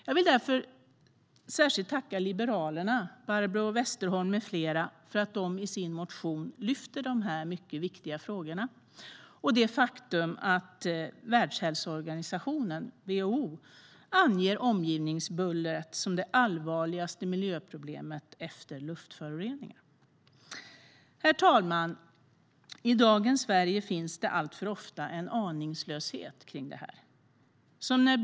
Jag vill därför särskilt tacka Liberalerna, Barbro Westerholm med flera, för att de i sin motion lyfter fram den här mycket viktiga frågan och det faktum att Världshälsoorganisationen, WHO, anger omgivningsbullret som det allvarligaste miljöproblemet efter luftföroreningar. Herr ålderspresident! I dagens Sverige finns det alltför ofta en aningslöshet kring det här.